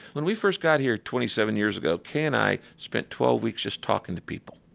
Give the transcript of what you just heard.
when we first got here twenty seven years ago, kay and i spent twelve weeks just talking to people.